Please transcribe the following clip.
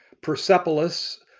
Persepolis